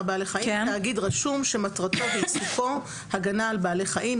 בעלי חיים: תאגיד רשום שמטרתו ועיסוקו הגנה על בעלי חיים,